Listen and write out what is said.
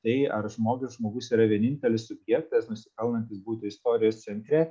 tai ar žmogus žmogus yra vienintelis subjektas nusipelnantis būti istorijos centre